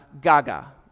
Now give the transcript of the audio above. Gaga